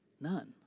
None